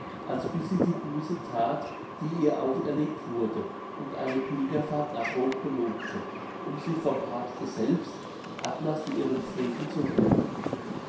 als bis sie die buße that die ihr auferlegt wurde und eine pilgerfahrt nach rom gelobte um sich vom papste selbst ablaß für ihren frevel zu holen